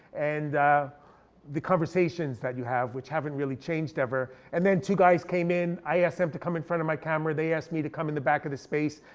and the conversations that you have, which haven't really changed ever. and then two guys came in. i asked him to come in front of my camera, they asked me to come in the back of the space,